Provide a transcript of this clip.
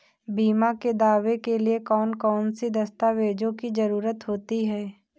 बीमा के दावे के लिए कौन कौन सी दस्तावेजों की जरूरत होती है?